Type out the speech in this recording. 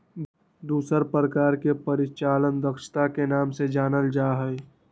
दूसर प्रकार के परिचालन दक्षता के नाम से जानल जा हई